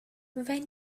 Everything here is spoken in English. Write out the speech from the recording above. when